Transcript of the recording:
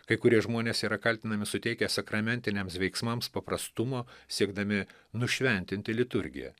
kai kurie žmonės yra kaltinami suteikę sakramentiniems veiksmams paprastumo siekdami nušventinti liturgiją